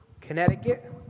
Connecticut